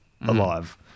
alive